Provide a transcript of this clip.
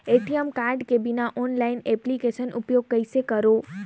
ATM card के बिना online application उपयोग कइसे करो?